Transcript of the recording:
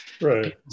Right